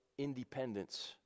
independence